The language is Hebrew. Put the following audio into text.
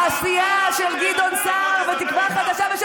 העשייה של גדעון סער ושל תקווה חדשה ושל